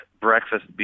Breakfast